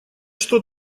что